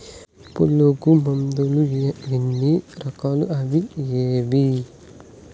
పులుగు మందులు ఎన్ని రకాలు అవి ఏవి?